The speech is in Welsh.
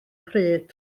pryd